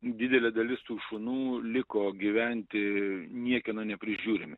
didelė dalis tų šunų liko gyventi niekieno neprižiūrimi